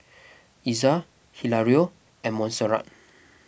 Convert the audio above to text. Iza Hilario and Montserrat